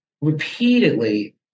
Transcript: repeatedly